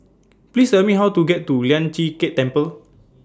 Please Tell Me How to get to Lian Chee Kek Temple